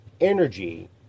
energy